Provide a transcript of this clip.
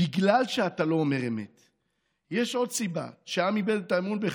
בגלל שאתה לא אומר אמת"; "יש עוד סיבה שהעם איבד את האמון בך: